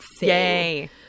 yay